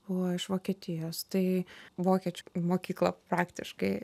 buvo iš vokietijos tai vokiečių mokykla praktiškai